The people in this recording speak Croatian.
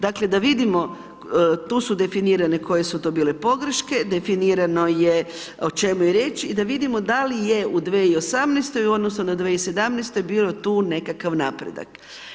Dakle da vidimo, tu su definirane koje su to bile pogreške, definirano je o čemu je riječ i da vidimo da li je u 2018. u odnosu na 2017. bio tu nekakav napredak.